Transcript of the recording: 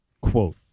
quote